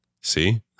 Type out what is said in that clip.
See